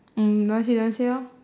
mm don't want say don't want say lor